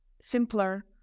simpler